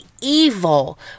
evil